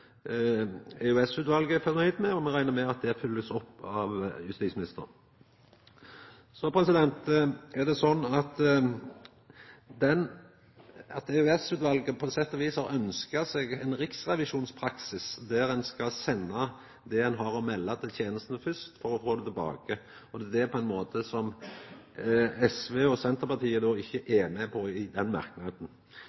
med at EOS-utvalet er fornøgd med, og me reknar med at det blir følgt opp av justisministeren. Så er det sånn at EOS-utvalet på sett og vis har ønskt seg ein riksrevisjonspraksis der ein skal senda det ein har å melda, til tenestene fyrst for å få det tilbake, og det er ein måte som SV og Senterpartiet ikkje